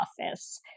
office